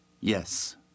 Yes